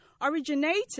originating